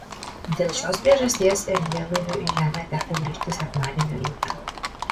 dėl šios priežasties erdvėlaiviui į žemę teko grįžti sekmadienio rytą